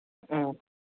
ꯎꯝ